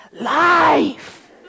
life